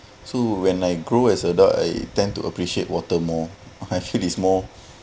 so when I grow as adult I tend to appreciate water more actually it's more